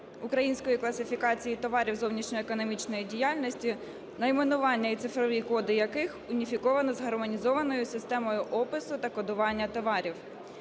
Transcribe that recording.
української класифікації товарів зовнішньоекономічної діяльності, найменування і цифрові коди яких уніфіковані з гармонізованою системою опису та кодування товарів.